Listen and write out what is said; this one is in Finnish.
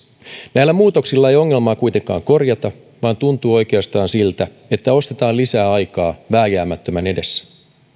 näillä muutoksilla ei ongelmaa kuitenkaan korjata vaan tuntuu oikeastaan siltä että ostetaan lisää aikaa vääjäämättömän edessä